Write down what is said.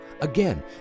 Again